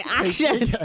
action